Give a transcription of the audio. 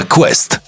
Quest